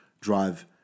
drive